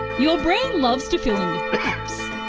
your brain loves to fill in the gaps.